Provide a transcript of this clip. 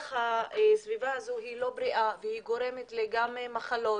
בטח הסביבה הזו לא בריאה והיא גורמת למחלות.